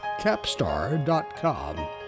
Capstar.com